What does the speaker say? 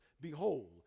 behold